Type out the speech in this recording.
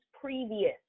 previous